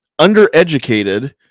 undereducated